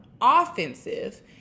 offensive